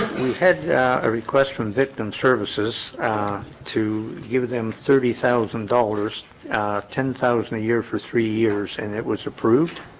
we had yeah a request from victim services to give them thirty thousand dollars ten thousand a year for three years and it was approved